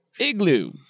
Igloo